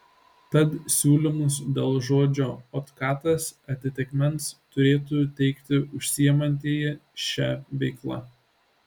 tad siūlymus dėl žodžio otkatas atitikmens turėtų teikti užsiimantieji šia veikla